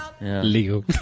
Leo